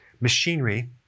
machinery